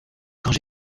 quand